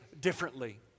differently